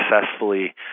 successfully